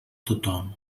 tothom